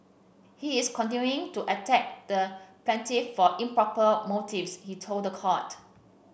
he is continuing to attack the plaintiff for improper motives he told the court